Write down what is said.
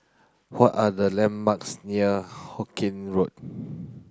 what are the landmarks near Hawkinge Road